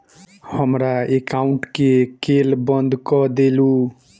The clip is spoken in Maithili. हमरा एकाउंट केँ केल बंद कऽ देलु?